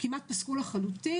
כמעט פסק לחלוטין.